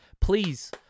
Please